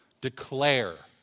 Declare